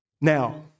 Now